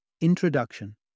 Introduction